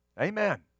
Amen